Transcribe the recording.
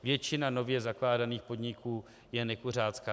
Většina nově zakládaných podniků je nekuřácká.